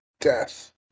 death